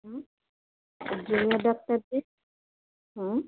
হুম আর জুনিয়র ডাক্তারদের হ্যাঁ